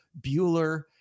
Bueller